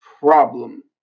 problem